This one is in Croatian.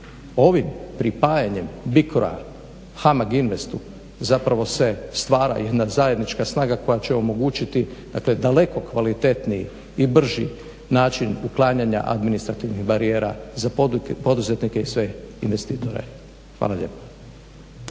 ovim pripajanjem BICRO-a HAMAG INVESTU-u, zapravo se stvara jedna zajednička snaga koja je omogućit dakle daleko kvalitetniji i brži način uklanjanja administrativnih barijera za poduzetnike i sve investitore. Hvala lijepa.